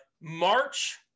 March